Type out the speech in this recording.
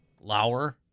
Lauer